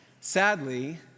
sadly